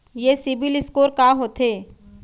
ये CIBIL score का होथे?